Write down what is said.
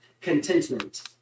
contentment